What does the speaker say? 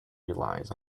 relies